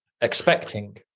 expecting